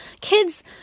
kids